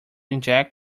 inject